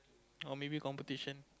or many competition